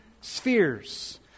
spheres